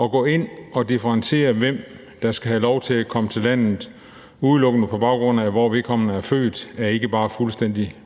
At gå ind og differentiere, hvem der skal have lov til at komme til landet udelukkende på baggrund af, hvor vedkommende er født, er ikke bare fuldstændig